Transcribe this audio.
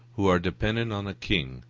who are dependent on a king,